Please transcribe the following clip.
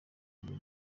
ry’iyo